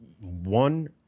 One